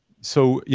so, yeah